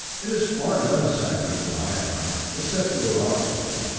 it is far less active than iodine, except toward oxygen.